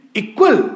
equal